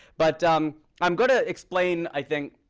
but i'm i'm going to explain, i think,